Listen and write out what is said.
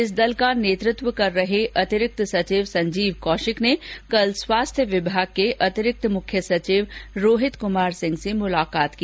इस दल का नेतृत्व कर रहे अतिरिक्त सचिव संजीव कौशिक ने कल स्वास्थ्य विभाग के अंतिरिक्त मुख्य सचिव रोहित कुमार सिंह से मुलाकात की